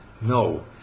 No